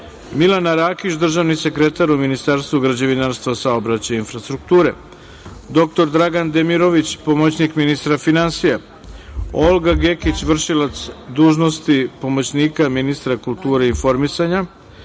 Milana Rakić, državni sekretar u Ministarstvu građevinarstva, saobraćaja i infrastrukture, dr Dragan Demirović, pomoćnik ministra za finansije, Olga Gekić, v.d. pomoćnik ministra kulture i informisanja,